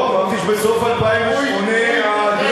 הוא, לא, אמרתי שבסוף 2008 דייקת.